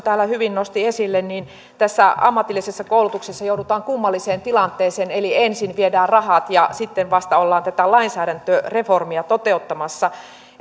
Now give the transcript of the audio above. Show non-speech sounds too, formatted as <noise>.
<unintelligible> täällä hyvin nosti esille ammatillisessa koulutuksessa joudutaan kummalliseen tilanteeseen eli ensin viedään rahat ja sitten vasta ollaan tätä lainsäädäntöreformia toteuttamassa